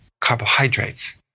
carbohydrates